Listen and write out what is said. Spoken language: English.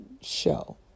show